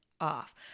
off